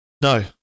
No